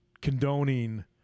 condoning